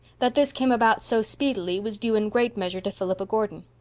that this came about so speedily was due in great measure to philippa gordon.